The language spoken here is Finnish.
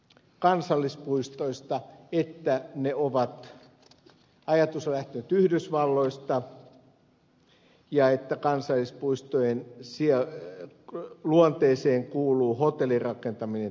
karvo totesi kansallispuistoista että ajatus on lähtenyt yhdysvalloista ja että kansallispuistojen luonteeseen kuuluu hotellirakentaminen ja tierakentaminen